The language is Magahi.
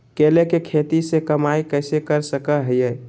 केले के खेती से कमाई कैसे कर सकय हयय?